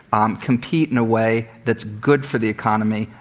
um compete in a way that's good for the economy,